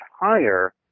higher